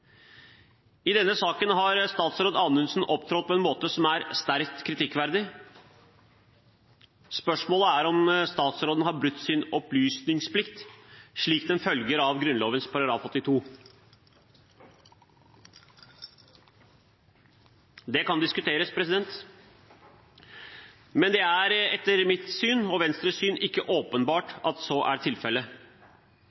I denne saken har statsråd Anundsen opptrådt på en måte som er sterkt kritikkverdig. Spørsmålet er om statsråden har brutt sin opplysningsplikt slik den følger av Grunnloven § 82. Det kan diskuteres, men det er etter mitt og Venstres syn ikke åpenbart at så er tilfellet.